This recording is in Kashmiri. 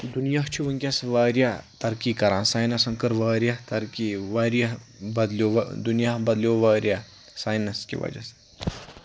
دُنیا چھُ وٕنٛکیٚس واریاہ ترقی کَران ساینَسَن کٔر واریاہ ترقی واریاہ بَدلیٚو وۄنۍ دُنیا بَدلیٚو واریاہ ساینَس کہِ وَجہَ سۭتۍ